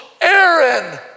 Aaron